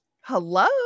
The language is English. Hello